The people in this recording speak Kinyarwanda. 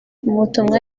butumwa